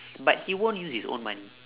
but he won't use his own money